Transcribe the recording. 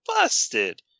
busted